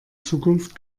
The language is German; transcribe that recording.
zukunft